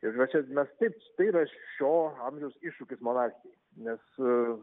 ir yra čia mes taip tai yra šio amžiaus iššūkis monarchijai nes